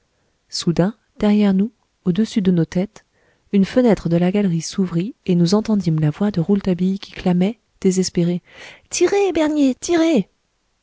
soudain derrière nous au-dessus de nos têtes une fenêtre de la galerie s'ouvrit et nous entendîmes la voix de rouletabille qui clamait désespérée tirez bernier tirez